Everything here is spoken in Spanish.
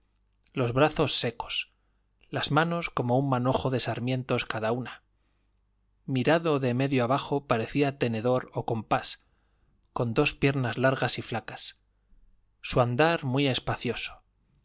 los brazos secos las manos como un manojo de sarmientos cada una mirado de medio abajo parecía tenedor o compás con dos piernas largas y flacas su andar muy espacioso